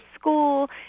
school